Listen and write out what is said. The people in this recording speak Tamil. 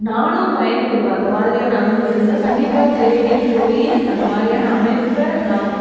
நானும் பயன் பெறுவேன் அந்தமாதிரியான அமைப்பு இருந்தால் கண்டிப்பாக தேடிப் போய் அந்தமாதிரியான அமைப்பை நான்